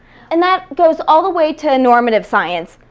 and that goes all the way to normative science.